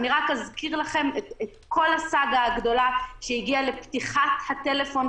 אני רק אזכיר לכם את כל הסאגה הגדולה שהגיעה לפתיחת הטלפון,